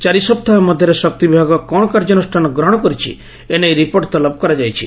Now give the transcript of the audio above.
ଚାରି ସପ୍ତାହ ମଧ୍ୟରେ ଶକ୍ତି ବିଭାଗ କ'ଣ କାର୍ଯ୍ୟାନୁଷ୍ଠାନ ଗ୍ରହଶ କରିଛି ଏ ନେଇ ରିପୋର୍ଟ ତଲବ କରାଯାଇଛି